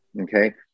okay